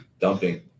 Dumping